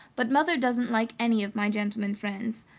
but mother doesn't like any of my gentlemen friends.